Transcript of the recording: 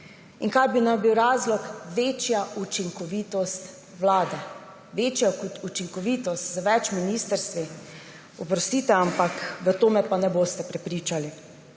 In kaj bi naj bil razlog? Večja učinkovitost vlade. Večja učinkovitost z več ministrstvi? Oprostite, ampak v to me pa ne boste prepričali.